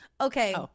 okay